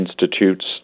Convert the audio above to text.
institutes